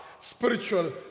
spiritual